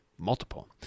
multiple